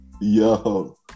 yo